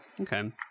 okay